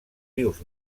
rius